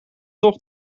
toch